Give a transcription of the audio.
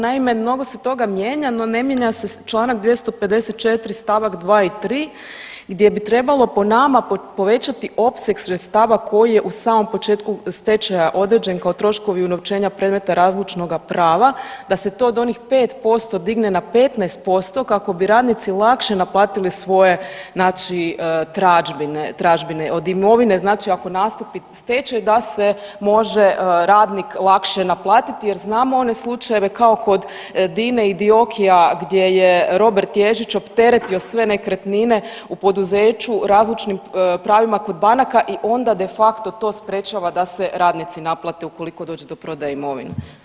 Naime, mnogo se toga mijenja, no ne mijenja se čl. 254. st. 2. i 3. gdje bi trebalo po nama povećati opseg sredstava koji je u samom početku stečaja određen kao troškovi unovčenja predmeta razlučnoga prava da se to od onih 5% digne na 15% kako bi radnici lakše naplatili svoje tražbine od imovine znači ako nastupi stečaj da se može radnik lakše naplatiti jer znamo onaj slučajeve kao kod Dine i Dioki-a gdje je Robert Ježić opteretio sve nekretnine u poduzeću razlučnim pravima kod banaka i onda de facto to sprječava da se radnici naplate ukoliko dođe do prodaje imovine.